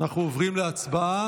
אנחנו עוברים להצבעה.